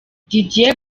didier